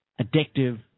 addictive